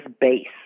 base